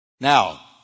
Now